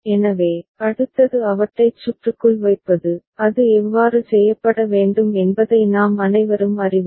எனவே அடுத்தது அவற்றைச் சுற்றுக்குள் வைப்பது அது எவ்வாறு செய்யப்பட வேண்டும் என்பதை நாம் அனைவரும் அறிவோம்